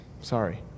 sorry